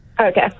Okay